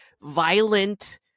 violent